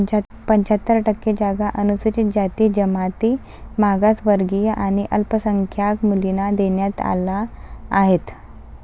पंच्याहत्तर टक्के जागा अनुसूचित जाती, जमाती, मागासवर्गीय आणि अल्पसंख्याक मुलींना देण्यात आल्या आहेत